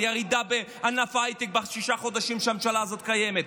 על ירידה בענף ההייטק בששת החודשים שהממשלה הזאת קיימת.